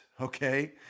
okay